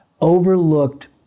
overlooked